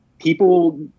people